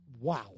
wow